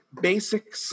Basic